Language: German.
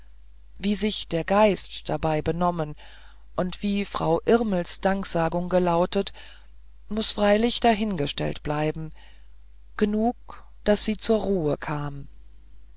wie sich der geist dabei benommen und wie frau irmels danksagung gelautet muß freilich dahingestellt bleiben genug daß sie zur ruhe kam